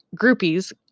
groupies